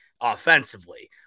offensively